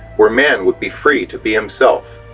where man would be free to be himself.